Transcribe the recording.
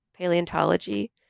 paleontology